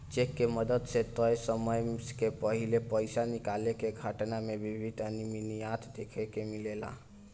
check के मदद से तय समय के पाहिले पइसा निकाले के घटना में वित्तीय अनिमियता देखे के मिलेला